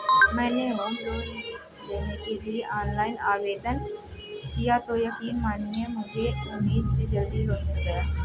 मैंने home loan लेने के लिए ऑनलाइन आवेदन किया तो यकीन मानिए मुझे उम्मीद से जल्दी लोन मिल गया